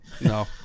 no